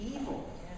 evil